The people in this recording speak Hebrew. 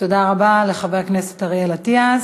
תודה רבה לחבר הכנסת אריאל אטיאס.